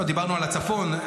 דיברנו על הצפון.